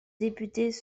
députés